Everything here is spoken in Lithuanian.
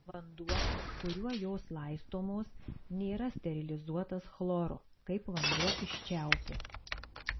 vanduo kuriuo jos laistomos nėra sterilizuotas chloru kaip vanduo iš čiaupo